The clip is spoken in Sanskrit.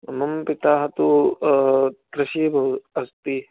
मम पितः तु कृषि अस्ति